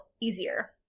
easier